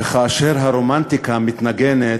וכאשר הרומנטיקה מתנגנת,